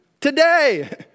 Today